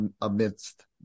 amidst